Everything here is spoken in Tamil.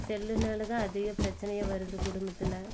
செல்லினால தான் அதிக பிரச்சனையே வருது குடும்பத்தில்